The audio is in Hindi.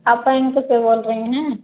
आप बईंक से बोल रहे हैं